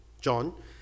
John